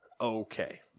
Okay